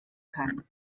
kann